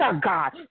God